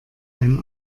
ein